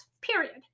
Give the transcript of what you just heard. period